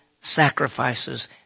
sacrifices